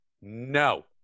No